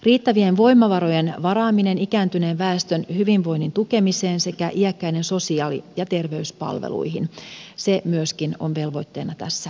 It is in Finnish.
riittävien voimavarojen varaaminen ikääntyneen väestön hyvinvoinnin tukemiseen sekä iäkkäiden sosiaali ja terveyspalveluihin se myöskin on velvoitteena tässä laissa